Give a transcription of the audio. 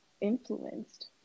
influenced